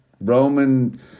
Roman